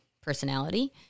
personality